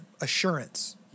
assurance